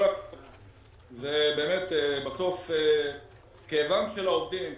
בסוף כאבם של העובדים,